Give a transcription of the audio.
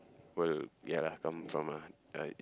will ya lah come from ah uh